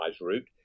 route